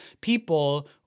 people